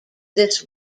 this